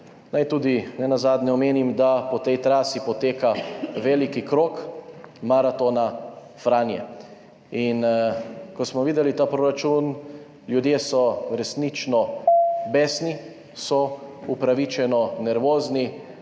Naj nenazadnje omenim tudi, da po tej trasi poteka veliki krog maratona Franja. In ko smo videli ta proračun, so ljudje resnično besni, so upravičeno nervozni